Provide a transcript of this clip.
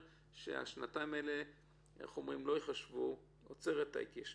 שהשנתיים האלה עוצרות את ההתיישנות,